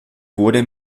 wurde